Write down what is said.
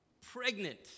Pregnant